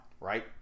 right